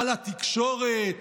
על התקשורת,